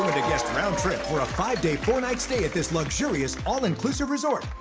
guest round trip for a five day, four night stay at this luxurious, all-inclusive resort.